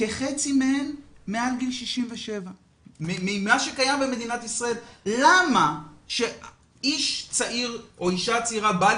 כחצי מהן מעל גיל 67. למה שאיש צעיר או אישה צעירה בעלי